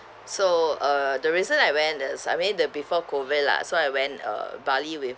so uh the reason I went is I mean the before COVID lah so I went uh bali with